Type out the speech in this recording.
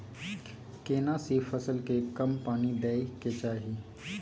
केना सी फसल के कम पानी दैय के चाही?